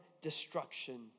destruction